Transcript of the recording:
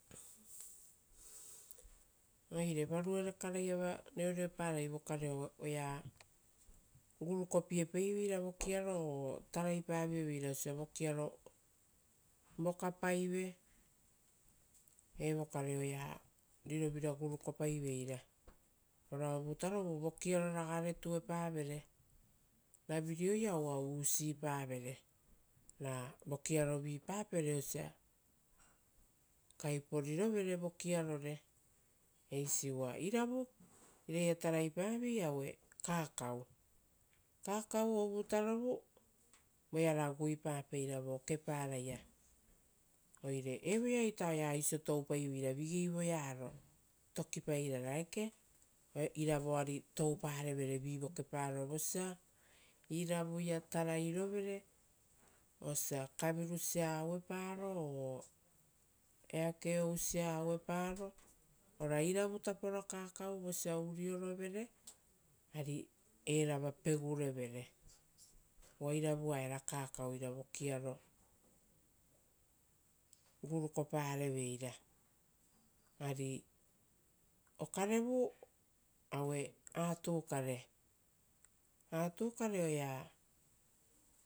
Oire varuere kare iava reoreoparai voeao oea gurupiepaiveira vokiaro ora taraipavioveira osia vokiaro vokapaive evokare oea rirovira gurukopai veira ora ovutarovu vokiaro ragare tuepavere. Ravireo ia usipavere ra vokiarovipapere osia kaiporirovere vokiarore, eisi uva iravu iraia taraipaviei auoro kakau. Kakaukare, ovutarovu voea raguipapeira vo keparaia. Oire evoeaita oea oisio toupaiveira tokipairara vigei voearo eeke, ira voari touparevere vi vokeparo. Vosa iravuia tarairovere osia kavirusia aueparo o eake ousia aueparo ora iravutapo kakau vosa uriorovere ari erava pegurevere. Uva iravua era kakau ira vokiaro gurukopareveira. Ari okarevu aue aatu kare, aatu kare oea